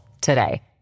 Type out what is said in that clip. today